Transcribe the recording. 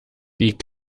die